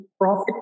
profit